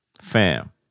fam